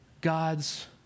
God's